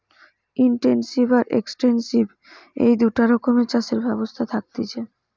intensive আর extensive এই দুটা রকমের চাষের ব্যবস্থা থাকতিছে